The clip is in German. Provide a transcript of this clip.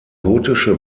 gotische